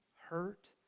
hurt